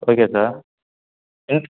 okay sir in